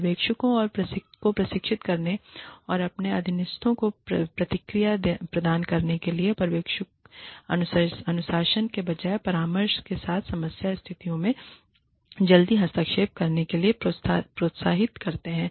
पर्यवेक्षकों को प्रशिक्षित करने और अपने अधीनस्थों को प्रतिक्रिया प्रदान करने के लिए पर्यवेक्षक अनुशासन के बजाय परामर्श के साथ समस्या स्थितियों में जल्दी हस्तक्षेप करने के लिए प्रोत्साहित करते हैं